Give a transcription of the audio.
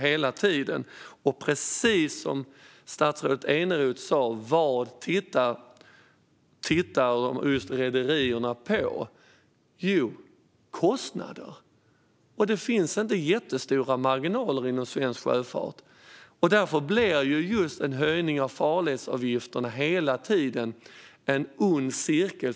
Och vad tittar rederierna på, precis som statsrådet Eneroth sa? Jo, de tittar på kostnader. Det finns inte jättestora marginaler inom svensk sjöfart. Därför blir en höjning av farledsavgifterna en ond cirkel.